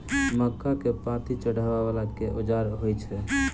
मक्का केँ पांति चढ़ाबा वला केँ औजार होइ छैय?